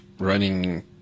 running